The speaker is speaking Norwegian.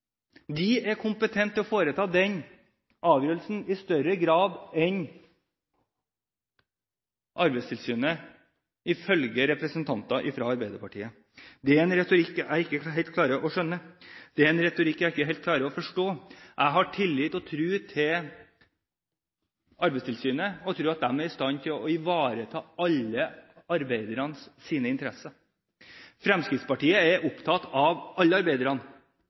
De tillitsvalgte er i større grad enn Arbeidstilsynet kompetente til å foreta den avgjørelsen, ifølge representanter fra Arbeiderpartiet. Det er en retorikk jeg ikke helt klarer å skjønne, og det er en retorikk jeg ikke helt klarer å forstå. Jeg har tillit til og tro på at Arbeidstilsynet er i stand til å ivareta alle arbeidernes interesser. Fremskrittspartiet er opptatt av alle arbeiderne,